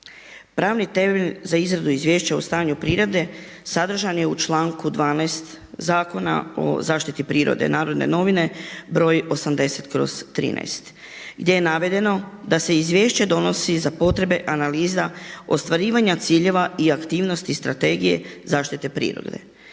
Pravni temelj za izradu izvješća o stanju prirode sadržan je u članku 12. Zakona o zaštiti prirode, Narodne novine, br. 80/13 gdje je navedeno da se izvješće donosi za potrebe analiza ostvarivanja ciljeva i aktivnosti strategije zaštite prirode.